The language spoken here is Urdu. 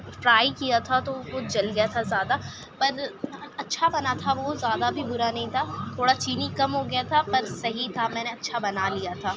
فرائی کیا تھا تو وہ جل گیا تھا زیادہ پر اچھا بنا تھا بہت زیادہ بھی برا نہیں تھا تھوڑا چینی کم ہو گیا تھا پر صحیح تھا میں نے اچھا بنا لیا تھا